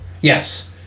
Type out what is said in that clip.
Yes